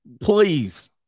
please